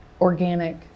organic